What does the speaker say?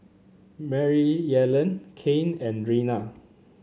Maryellen Cain and Reina